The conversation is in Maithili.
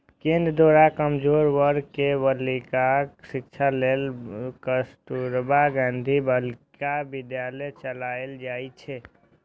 केंद्र द्वारा कमजोर वर्ग के बालिकाक शिक्षा लेल कस्तुरबा गांधी बालिका विद्यालय चलाएल जाइ छै